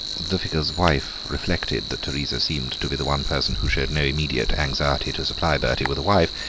the vicar's wife reflected that teresa seemed to be the one person who showed no immediate anxiety to supply bertie with a wife,